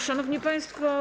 Szanowni Państwo!